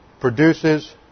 produces